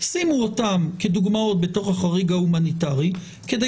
שימו אותן כדוגמאות בתוך החריג ההומניטרי כדי